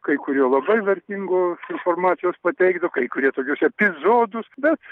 kai kurie labai vertingos informacijos pateikdavo kai kurie tokius epizodus bet